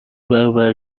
برابر